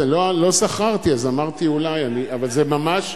לא זכרתי אז אמרתי "אולי", אבל זה ממש,